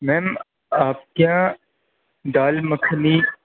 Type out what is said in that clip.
میم آپ کے ہاں دال مکھنی